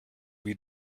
wie